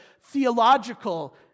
theological